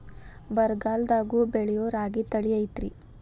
ಬರಗಾಲದಾಗೂ ಬೆಳಿಯೋ ರಾಗಿ ತಳಿ ಐತ್ರಿ?